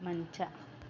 ಮಂಚ